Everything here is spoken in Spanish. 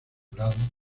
vinculado